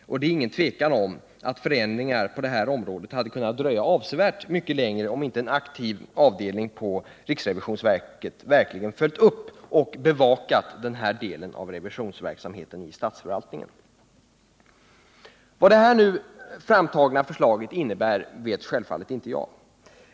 Det råder inget tvivel om att förändringar på detta område hade kunnat dröja avsevärt mycket längre tid, om inte en aktiv avdelning på riksrevisionsverket verkligen följt upp och bevakat den här delen av revisionsverksamheten i statsförvaltningen. Vad det nu framtagna förslaget innebär vet självfallet inte jag.